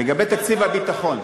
זו האמת, לגבי תקציב הביטחון,